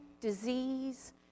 disease